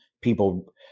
people